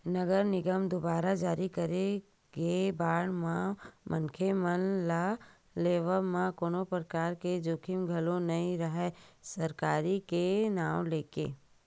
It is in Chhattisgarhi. नगर निगम दुवारा जारी करे गे बांड म मनखे मन ल लेवब म कोनो परकार के जोखिम घलो नइ राहय सरकारी के नांव लेके